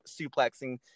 suplexing